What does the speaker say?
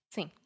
Sim